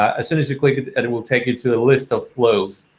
as soon as you click it will take you to the list of flows.